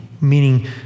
meaning